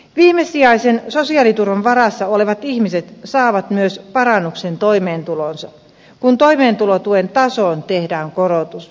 viimesijaisen sosiaaliturvan varassa olevat ihmiset saavat myös parannuksen toimeentuloonsa kun toimeentulotuen tasoon tehdään korotus